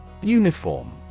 Uniform